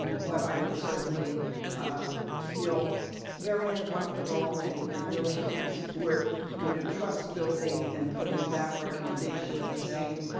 but i would certainly feel very uncomfortable and and really can't support you know trust building and putting that recommendation on the same